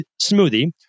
smoothie